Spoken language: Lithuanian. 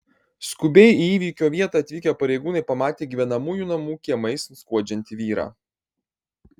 skubiai į įvykio vietą atvykę pareigūnai pamatė gyvenamųjų namų kiemais skuodžiantį vyrą